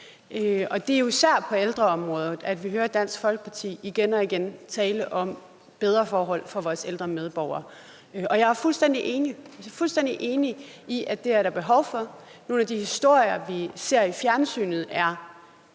Det er især på ældreområdet, at vi igen og igen hører Dansk Folkeparti tale om bedre forhold for vores ældre medborgere. Jeg er fuldstændig enig i, at det er der behov for. Nogle af de historier, vi ser i fjernsynet, er